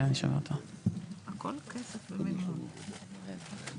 נתחיל את הדיון ב-וחצי.